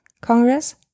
Congress